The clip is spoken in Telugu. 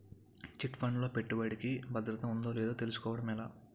చిట్ ఫండ్ లో పెట్టుబడికి భద్రత ఉందో లేదో తెలుసుకోవటం ఎలా?